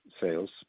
sales